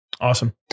Awesome